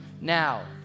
now